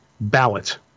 ballot